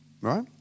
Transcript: right